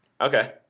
Okay